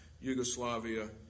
Yugoslavia